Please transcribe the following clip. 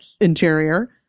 interior